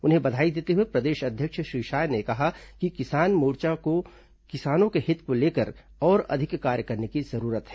उन्हें बधाई देते हुए प्रदेश अध्यक्ष श्री साय ने कहा कि किसान मोर्चा को किसानों के हित को लेकर और अधिक कार्य करने की जरूरत है